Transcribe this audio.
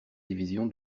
division